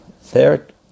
third